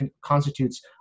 constitutes